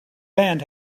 band